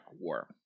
War